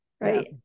right